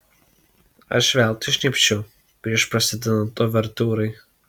aš veltui šnypščiau prieš prasidedant uvertiūrai